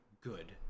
good